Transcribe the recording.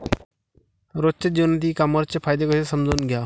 रोजच्या जीवनात ई कामर्सचे फायदे कसे समजून घ्याव?